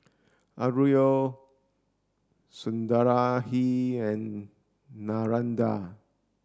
Alluri Sundaraiah and Narendra